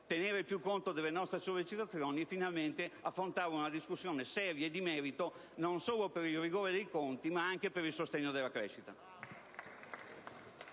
tenere più conto delle nostre sollecitazioni e affrontare finalmente una discussione seria e di merito, non solo per il rigore dei conti ma anche per il sostegno della crescita.